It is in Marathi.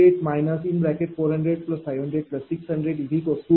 48 40050060057